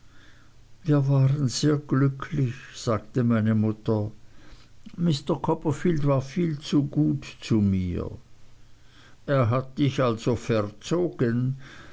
wir waren sehr glücklich sagte meine mutter mr copperfield war viel zu gut zu mir er hat dich also verzogen